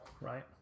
right